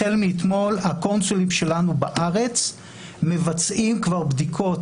החל מאתמול הקונסולים שלנו בארץ מבצעים כבר בדיקות